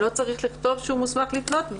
לא צריך לכתוב שהוא מוסמך לפנות.